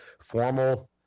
formal